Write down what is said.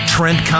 Trent